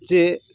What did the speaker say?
ᱡᱮ